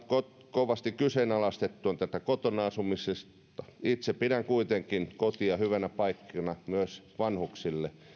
kovasti kyseenalaistettu on tämä kotona asuminen itse pidän kuitenkin kotia hyvänä paikkana myös vanhuksille